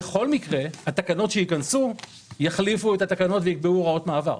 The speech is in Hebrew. בכל מקרה התקנות שייכנסו יחליפו את התקנות ויקבעו הוראות מעבר.